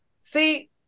See